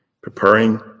preparing